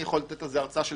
למה היא הגרועה ביותר?